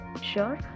Sure